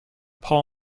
pall